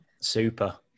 Super